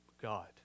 God